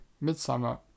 Midsummer